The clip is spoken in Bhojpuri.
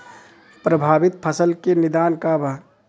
प्रभावित फसल के निदान का बा?